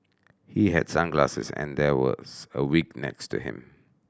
he had sunglasses and there was a wig next to him